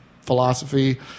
philosophy –